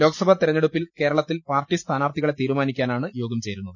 ലോക്സഭാ തെരഞ്ഞെടുപ്പിൽ കേരളത്തിൽ പാർട്ടിസ്ഥാനാർത്ഥികളെ തീരുമാനിക്കാനാണ് യോഗം ചേരുന്നത്